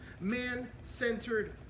man-centered